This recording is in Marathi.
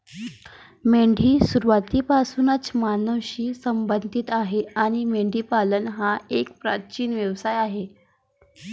मेंढी सुरुवातीपासूनच मानवांशी संबंधित आहे आणि मेंढीपालन हा एक प्राचीन व्यवसाय आहे